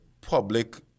public